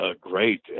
great